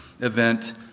event